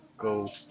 go